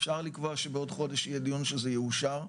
אפשר לקבוע שבעוד חודש יהיה דיון שזה יאושר?